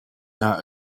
not